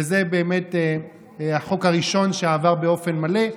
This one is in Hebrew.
וזה באמת החוק הראשון שעבר באופן מלא.